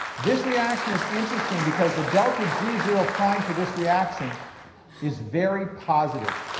this reaction is interesting because the delta g zero prime for this reaction is very positive.